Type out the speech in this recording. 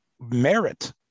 Merit